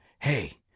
Hey